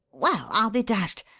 well, i'll be dashed!